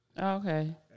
Okay